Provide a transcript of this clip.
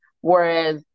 Whereas